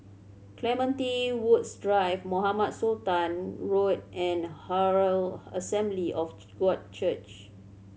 Clementi Woods Drive Mohamed Sultan Road and Herald Assembly of God Church